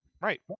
Right